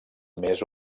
més